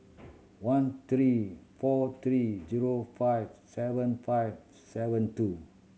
one three four three zero five seven five seven two